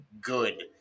good